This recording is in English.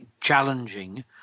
challenging